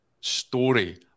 story